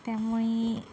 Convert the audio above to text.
त्यामुळे